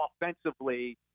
offensively